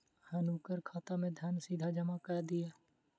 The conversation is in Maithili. हुनकर खाता में धन सीधा जमा कअ दिअ